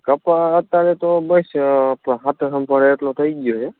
કપાસ અત્યારે તો બસ સત્તરસોમાં પડે એટલો થઇ ગયો છે